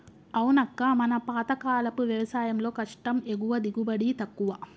అవునక్క మన పాతకాలపు వ్యవసాయంలో కష్టం ఎక్కువ దిగుబడి తక్కువ